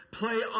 play